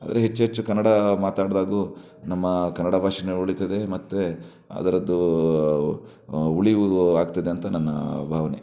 ಆದರೆ ಹೆಚ್ಚು ಹೆಚ್ಚು ಕನ್ನಡ ಮಾತಾಡಿದಾಗೂ ನಮ್ಮ ಕನ್ನಡ ಭಾಷೆನೂ ಉಳೀತದೆ ಮತ್ತು ಅದರದ್ದು ಉಳಿವು ಆಗ್ತದೆ ಅಂತ ನನ್ನ ಭಾವನೆ